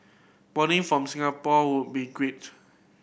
boarding from Singapore would be great